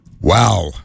Wow